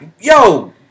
Yo